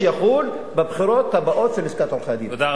שיחול בבחירות הבאות בלשכת עורכי-הדין,